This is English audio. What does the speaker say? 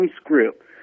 script